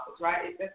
right